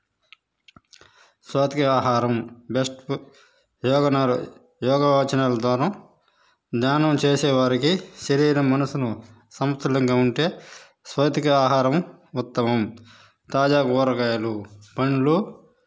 సాత్విక ఆహారం బెస్ట్ యోగ ఆసనాలతోను ధ్యానం చేసే వారికి శరీరం మనసును సమతుల్యంగా ఉంటే సాత్విక ఆహారం ఉత్తమం తాజా కూరగాయలు పండ్లు